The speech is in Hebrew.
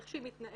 איך שהיא מתנהלת,